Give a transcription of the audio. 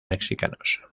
mexicanos